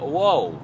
whoa